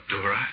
Dora